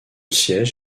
siège